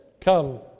come